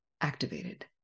activated